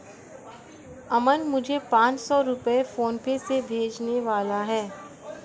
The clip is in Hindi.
अमन मुझे पांच सौ रुपए फोनपे से भेजने वाला है